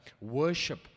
worship